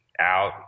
out